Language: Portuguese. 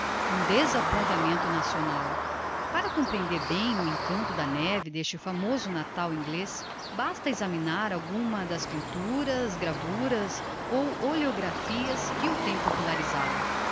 um desapontamento nacional para comprehender bem o encanto da neve d'este famoso natal inglez basta examinar alguma das pinturas gravuras ou oleografias que o têm popularizado